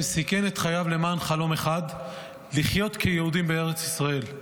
שסיכן את חייו למען חלום אחד: לחיות כיהודים בארץ ישראל.